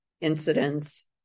incidents